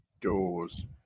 Doors